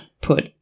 put